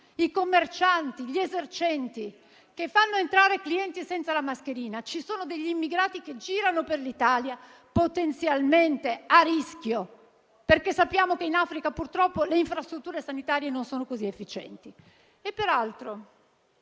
i commercianti, gli esercenti che fanno entrare i clienti senza la mascherina. Ci sono immigrati che girano per l'Italia potenzialmente a rischio, perché sappiamo che in Africa, purtroppo, le infrastrutture sanitarie non sono così efficienti.